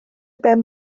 ben